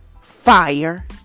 fire